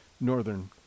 Northern